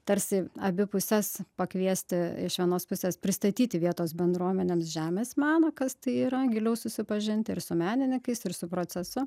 tarsi abi puses pakviesti iš vienos pusės pristatyti vietos bendruomenėms žemės maną kad tai yra giliau susipažinti ir su menininkais ir su procesu